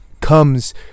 comes